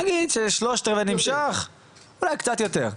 נגיד ששלושת רבעי נמשך, אולי קצת יותר.